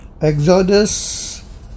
Exodus